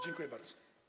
Dziękuję bardzo.